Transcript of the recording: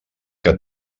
que